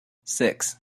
six